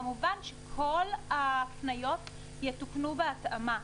כמובן שכל ההתניות יתוקנו בהתאמה.